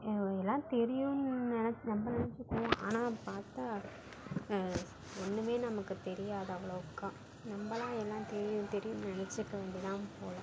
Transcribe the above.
என்னோட எல்லாம் தெரியும்ன்னு நெனச்சு நம்ம நெனைச்சிக்குவோம் ஆனால் பார்த்தா ஒன்றுமே நமக்கு தெரியாது அவ்வளவுக்கா நம்மலாம் எல்லாம் தெரியும் தெரியும்னு நினைச்சுக்க வேண்டியதுதான் போல்